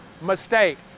mistake